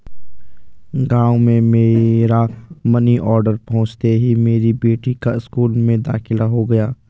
गांव में मेरा मनी ऑर्डर पहुंचते ही मेरी बेटी का स्कूल में दाखिला हो गया